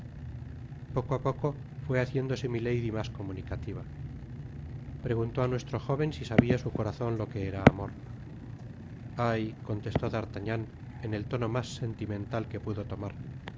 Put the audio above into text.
poco á poco fué haciéndose milady mas comunicativa preguntó á nuestro jóven si sabia su corazon lo que era amor ay contestó d'artagnan en el tono mas sentimental que pudo tomar